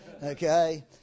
Okay